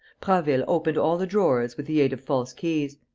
prasville opened all the drawers with the aid of false keys.